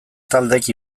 taldek